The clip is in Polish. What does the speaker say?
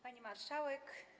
Pani Marszałek!